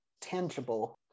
tangible